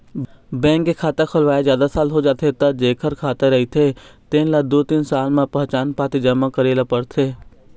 bank के खाता खोलवाए जादा साल हो जाथे त जेखर खाता रहिथे तेन ल दू तीन साल म पहचान पाती जमा करे ल परथे